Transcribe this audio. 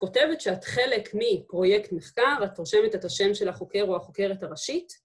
‫כותבת שאת חלק מפרויקט מחקר, ‫את רושמת את השם של החוקר ‫או החוקרת הראשית.